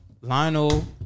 Lionel